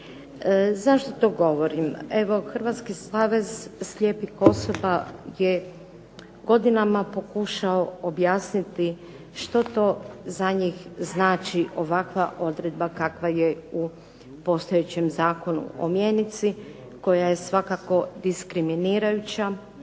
Zašto to govorim? Evo Hrvatski savez slijepih osoba je godinama pokušao objasniti što to za njih znači ovakva odredba kakva je u postojećem Zakonu o mjenici koja je svakako diskriminirajuća,